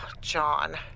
John